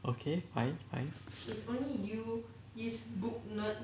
okay fine fine